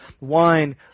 wine